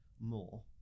more